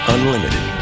Unlimited